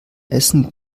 essen